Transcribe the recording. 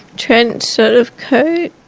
trench sort of coat.